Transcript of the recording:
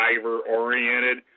driver-oriented